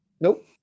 nope